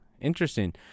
interesting